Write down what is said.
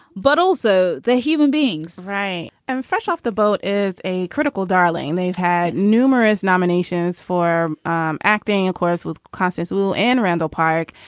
but also the human beings i am fresh off. the boat is a critical darling. they've had numerous nominations for um acting, of course, with classics will and randall park.